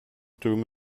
durumu